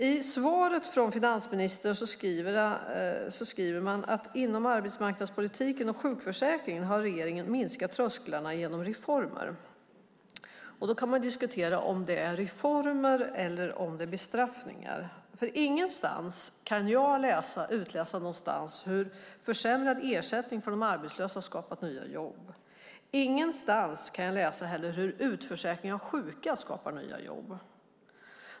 I svaret skriver finansministern att regeringen har minskat trösklarna in på arbetsmarknaden genom reformer inom arbetsmarknadspolitiken och sjukförsäkringen. Man kan diskutera om det är reformer eller bestraffningar. Ingenstans kan jag utläsa hur försämrad ersättning för de arbetslösa har skapat nya jobb. Ingenstans kan jag heller utläsa hur utförsäkring av sjuka skapar nya jobb.